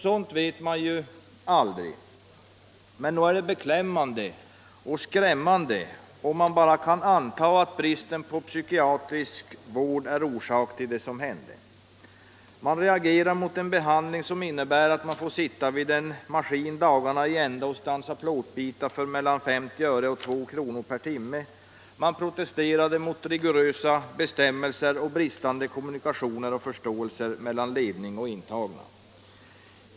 Sådant vet man ju aldrig, men nog är det beklämmande och skrämmande redan om man kan anta att bristen på psykiatrisk vård är orsak till det som hände. Man reagerar mot en ”behandling” som innebär att man får sitta vid en maskin dagarna i ända och stansa plåtbitar för mellan 50 öre och 2 kr. per timme. Man protesterade mot rigorösa bestämmelser och brist på kommunikationer och förståelse mellan ledning och intagna.